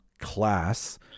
class